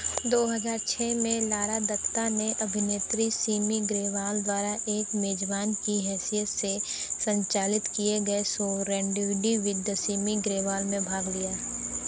दो हजार छः में लारा दत्ता ने अभिनेत्री सिमी ग्रेवाल द्वारा एक मेजबान की हैसियत से संचालित किए गए show rendezvous with the Simi Grewal में भाग लिया